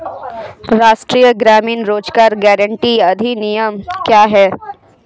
राष्ट्रीय ग्रामीण रोज़गार गारंटी अधिनियम क्या है?